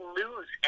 lose